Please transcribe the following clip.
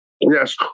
Yes